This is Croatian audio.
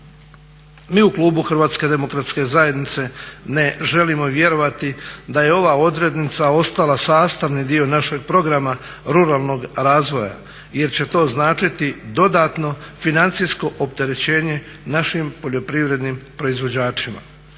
Mi u klubu Hrvatske demokratske zajednice ne želimo vjerovati da je ova odrednica ostala sastavni dio našeg programa ruralnog razvoja jer će to značiti dodatno financijsko opterećenje našim poljoprivrednim proizvođačima.